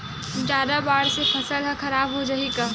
जादा बाढ़ से फसल ह खराब हो जाहि का?